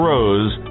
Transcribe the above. Rose